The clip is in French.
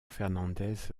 fernández